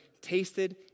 tasted